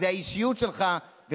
זה מה שעשיתם עם